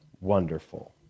wonderful